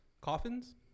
coffins